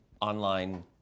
online